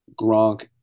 gronk